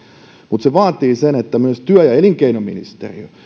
mutta se vaatii sen että myös työ ja elinkeinoministeriö